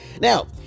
Now